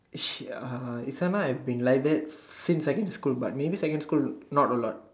she uh Zana has been like that since secondary school maybe secondary school not a lot